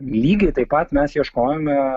lygiai taip pat mes ieškojome